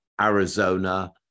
Arizona